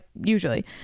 usually